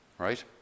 right